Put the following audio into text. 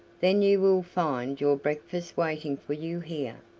then you will find your breakfast waiting for you here,